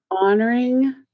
honoring